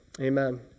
amen